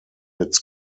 its